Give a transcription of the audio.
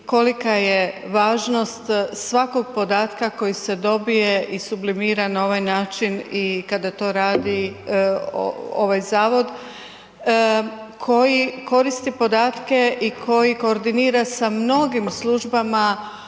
kolika je važnost svakog podatka koji se dobije i sublimira na ovaj način i kada to radi ovaj zavod koji koristi podatke i koji koordinira sa mnogim službama,